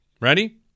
Ready